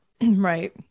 Right